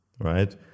right